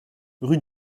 rue